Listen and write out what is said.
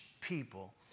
people